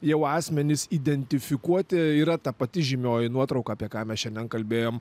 jau asmenis identifikuoti yra ta pati žymioji nuotrauka apie ką mes šiandien kalbėjom